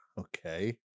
Okay